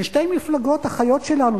בין שתי מפלגות אחיות שלנו,